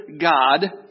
God